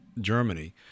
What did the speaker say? Germany